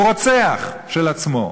הוא רוצח של עצמו.